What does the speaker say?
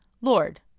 Lord